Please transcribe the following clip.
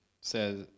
says